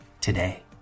today